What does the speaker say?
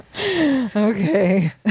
okay